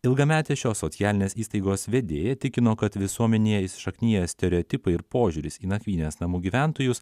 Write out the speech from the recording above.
ilgametė šios socialinės įstaigos vedėja tikino kad visuomenėje įsišakniję stereotipai ir požiūris į nakvynės namų gyventojus